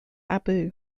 abu